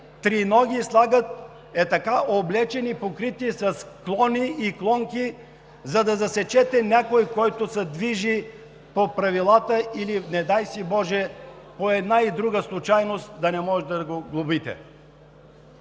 триноги слагат – ей така облечени, покрити с клони и клонки, за да засечете някой, който се движи по правилата или, не дай си боже, по една или друга случайност да не може да го глобите.